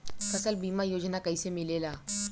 फसल बीमा योजना कैसे मिलेला?